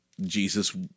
Jesus